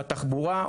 בתחבורה,